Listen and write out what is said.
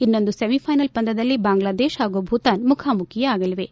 ಇನ್ನೊಂದು ಸೆಮಿಫೈನಲ್ ಪಂದ್ಯದಲ್ಲಿ ಬಾಂಗ್ಲಾದೇಶ ಹಾಗೂ ಭೂತಾನ್ ಮುಖಾಮುಖಿಯಾಗಲಿವೆ